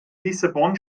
lissabon